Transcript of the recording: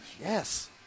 Yes